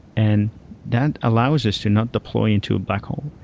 and that allows us to not deploy into a black hole.